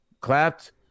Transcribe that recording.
clapped